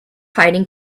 hiding